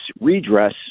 redress